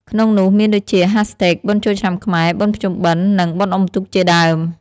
ក្នុងនោះមានដូចជា hashtag #បុណ្យចូលឆ្នាំខ្មែរ #បុណ្យភ្ជុំបិណ្ឌ និង #បុណ្យអ៊ុំទូក ជាដើម។